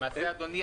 6 ביולי 2020,